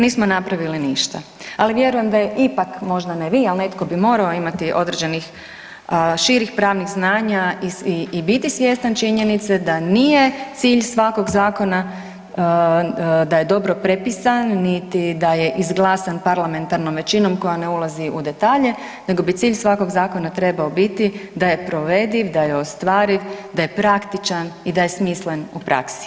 Nismo napravili ništa, ali vjerujem da je ipak, možda ne vi, al netko bi morao imati određenih širih pravnih znanja i biti svjestan činjenice da nije cilj svakog zakona da je dobro prepisan, niti da je izglasan parlamentarnom većinom koja ne ulazi u detalje, nego bi cilj svakog zakona trebao biti da je provediv, da je ostvariv, da je praktičan i da je smislen u praksi.